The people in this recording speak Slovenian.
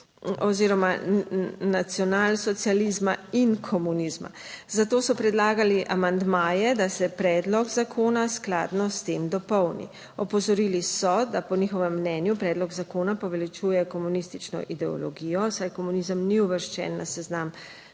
oziroma nacionalsocializma in komunizma. Zato so predlagali amandmaje, da se predlog zakona skladno s tem dopolni. Opozorili so, da po njihovem mnenju predlog zakona poveličuje komunistično ideologijo, saj komunizem ni uvrščen na seznam